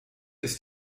ist